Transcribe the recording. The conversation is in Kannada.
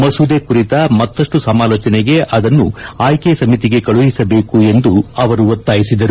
ಮಸೂದೆ ಕುರಿತ ಮತ್ತಷ್ಟು ಸಮಾಲೋಚನೆಗೆ ಅದನ್ನು ಆಯ್ಕೆ ಸಮಿತಿಗೆ ಕಳುಹಿಸಬೇಕು ಎಂದು ಅವರು ಒತ್ತಾಯಿಸಿದರು